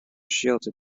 shielded